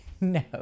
No